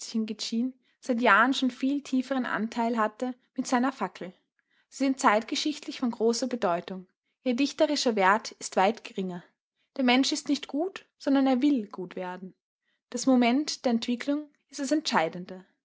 seit jahren schon viel tieferen anteil hatten mit fackel und aktion jene sind zeitgeschichtlich von großer bedeutung ihr dichterischer wert ist weit geringer der mensch ist nicht gut sondern er will gut werden das moment der entwicklung ist das entscheidende